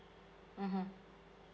mmhmm